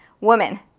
Woman